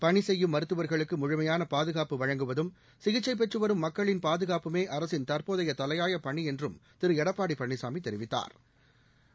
பணி செய்யும் மருத்துவா்களுக்கு முழுமையாள பாதுகாப்பு வழங்குவதும் சிகிச்சை பெற்று வரும் மக்களின் பாதுகாப்புமே அரசின் தற்போதைய தலையாய பணி என்றும் திரு எடப்பாடி பழனிசாமி தெரிவித்தாா்